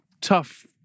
tough